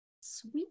Sweet